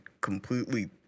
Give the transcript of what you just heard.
completely